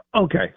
Okay